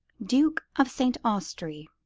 duke of st. austrey,